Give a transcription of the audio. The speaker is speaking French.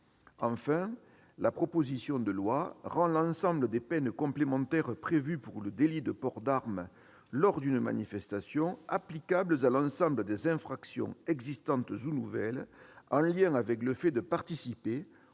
Enfin, la proposition de loi rend l'ensemble des peines complémentaires prévues pour le délit de port d'arme lors d'une manifestation applicable à l'ensemble des infractions existantes ou nouvelles, en lien avec le fait de participer ou d'organiser